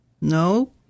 No